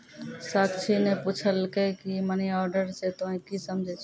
साक्षी ने पुछलकै की मनी ऑर्डर से तोंए की समझै छौ